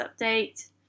update